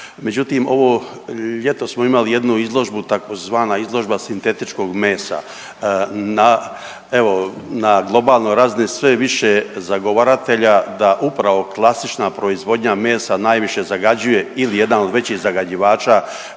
međutim, ovo ljeto smo imali jednu izložbu, tzv. izložba sintetičkog mesa. Na evo, na globalnoj razini, sve je više zagovaratelja da upravo klasična proizvodnja mesa najviše zagađuje ili jedan od većih zagađivača